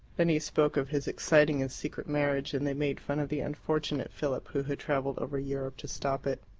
then he spoke of his exciting and secret marriage, and they made fun of the unfortunate philip, who had travelled over europe to stop it.